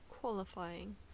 qualifying